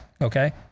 okay